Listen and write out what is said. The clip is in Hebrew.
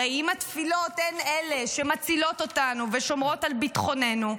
הרי אם התפילות הן אלה שמצילות אותנו ושומרות על ביטחוננו,